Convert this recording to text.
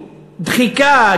דחיקה,